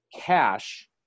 cash